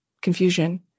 confusion